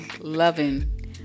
loving